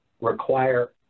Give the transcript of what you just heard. require